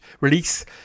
release